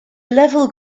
level